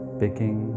picking